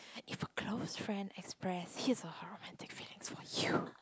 if a close friend express his or her romantic feelings for you